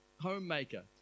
homemaker